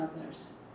others